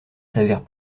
s’avère